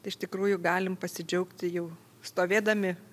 tai iš tikrųjų galim pasidžiaugti jau stovėdami